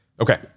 Okay